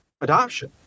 adoption